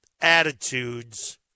attitudes